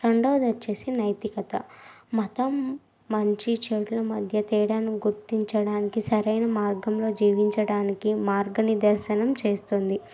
రెండవది వచ్చేసి నైతికత మతం మంచి చెడుల మధ్య తేడాను గుర్తించడానికి సరైన మార్గంలో జీవించడానికి మార్గ నిదర్శనం చేస్తుంది